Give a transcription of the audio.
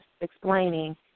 explaining